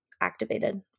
activated